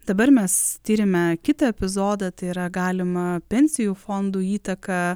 dabar mes tiriame kitą epizodą tai yra galimą pensijų fondų įtaką